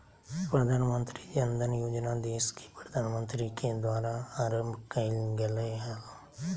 प्रधानमंत्री जन धन योजना देश के प्रधानमंत्री के द्वारा आरंभ कइल गेलय हल